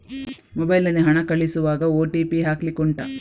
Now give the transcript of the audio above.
mobile ನಲ್ಲಿ ಹಣ ಕಳಿಸುವಾಗ ಓ.ಟಿ.ಪಿ ಹಾಕ್ಲಿಕ್ಕೆ ಉಂಟಾ